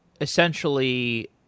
essentially